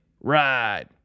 ride